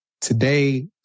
today